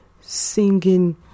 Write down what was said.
singing